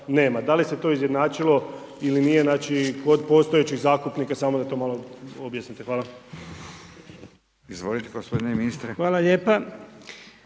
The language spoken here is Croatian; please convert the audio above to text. Da li se to izjednačilo ili nije znači kod postojećih zakupnika, samo da to malo objasnite. Hvala. **Radin, Furio (Nezavisni)** Izvolite